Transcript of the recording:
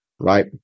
Right